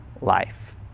life